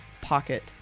pocket